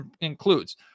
includes